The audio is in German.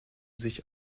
sich